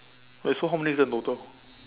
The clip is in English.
wait so how many is there in total